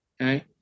Okay